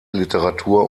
literatur